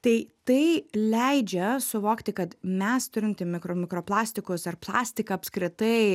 tai tai leidžia suvokti kad mes turim ti mikro mikroplastikus ar plastiką apskritai